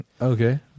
Okay